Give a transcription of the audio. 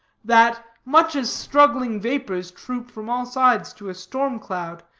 that much as straggling vapors troop from all sides to a storm-cloud,